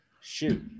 Shoot